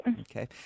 Okay